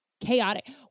Chaotic